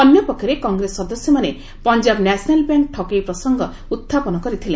ଅନ୍ୟପକ୍ଷରେ କଂଗ୍ରେସ ସଦସ୍ୟମାନେ Punjab national bank ଠକେଇ ପ୍ରସଙ୍ଗ ଉତ୍ଥାପନ କରିଥିଲେ